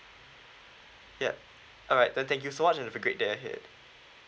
yup alright thank you so much have a great day ahead